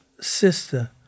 sister